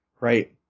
Right